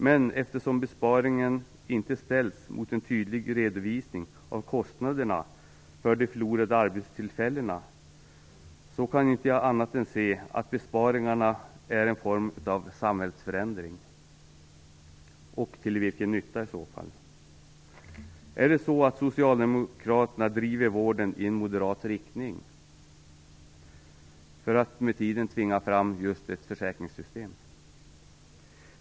Men eftersom besparingen inte ställs mot en tydlig redovisning av kostnaderna för de förlorade arbetstillfällena kan jag inte annat än att se att besparingen är en form av samhällsförändring. Och till vilken nytta i så fall? Är det så att socialdemokraterna driver vården i en moderat riktning för att med tiden tvinga fram ett försäkringssystem?